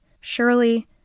Surely